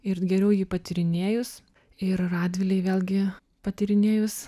ir geriau jį patyrinėjus ir radvilei vėlgi patyrinėjus